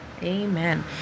Amen